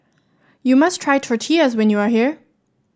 you must try Tortillas when you are here